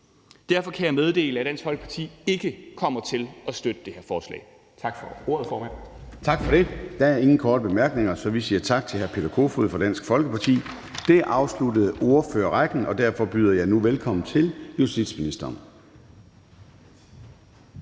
Derfor kan jeg meddele, at Dansk Folkeparti ikke kommer til at støtte det her forslag. Tak for ordet, formand. Kl. 09:28 Formanden (Søren Gade): Tak for det. Der er ingen korte bemærkninger, så vi siger tak til hr. Peter Kofod fra Dansk Folkeparti. Det ord afsluttede ordførerrækken, og derfor byder jeg nu velkommen til justitsministeren.